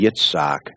Yitzhak